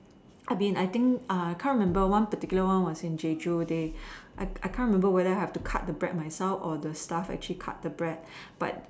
I mean I think uh can't remember one particular one was in Jeju they I can't remember if I have to cut the bread myself or the staff actually cut the bread but